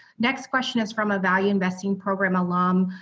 next question is from a value investing program alum,